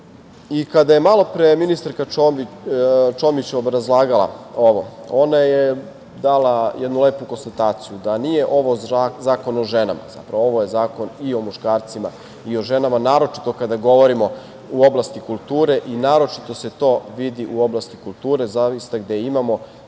je malopre ministarka Čomić obrazlagala ovo, ona je dala jednu lepu konstataciju da nije ovo zakon o ženama, zapravo ovo je zakon i o muškarcima i o ženama, naročito kada govorimo u oblasti kulture i naročito se to vidi u oblasti kulture, zaista gde imamo